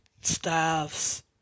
staffs